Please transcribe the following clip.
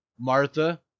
Martha